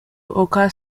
occur